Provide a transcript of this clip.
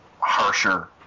harsher